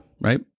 right